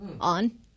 On